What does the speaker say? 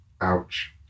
ouch